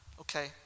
okay